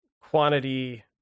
quantity